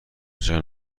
چرا